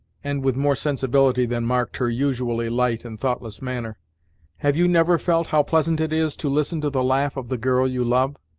and with more sensibility than marked her usually light and thoughtless manner have you never felt how pleasant it is to listen to the laugh of the girl you love?